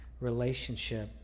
relationship